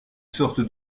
sorte